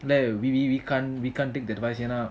then we we we can't we can't take the advice you know